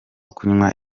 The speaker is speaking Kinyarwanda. kunywa